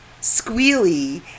squealy